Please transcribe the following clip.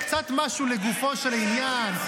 משהו לגופו של עניין?